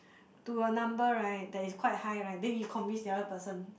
to a number right that is quite high right then you convince the other person